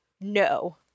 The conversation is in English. no